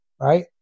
right